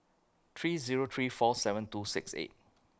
three Zero three four seven two six eight